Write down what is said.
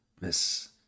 Miss